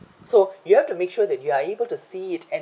so you have to make sure that you are able to see it and